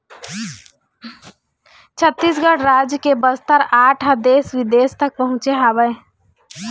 छत्तीसगढ़ राज के बस्तर आर्ट ह देश बिदेश तक पहुँचे हवय